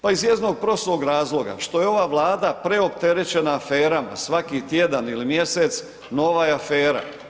Pa iz jednog prostog razloga, što je ova Vlada preopterećena aferama, svaki tjedan ili mjesec nova je afera.